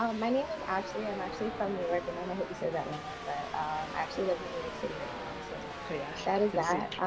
um my name is ashley. i'm actually from new york, i know my hoodie says atlanta, but i actually live in new york city right now so sort of okay yeah ash. that is that.